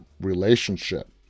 relationship